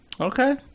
Okay